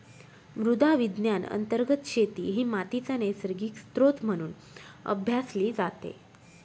मृदा विज्ञान अंतर्गत शेती ही मातीचा नैसर्गिक स्त्रोत म्हणून अभ्यासली जाते